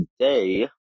today